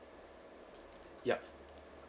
yup